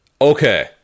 Okay